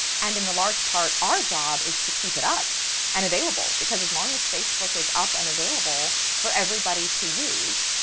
and in a large part our job is to keep it up and available because as long as facebook is up and available for everybody to use,